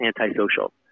antisocial